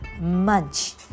Munch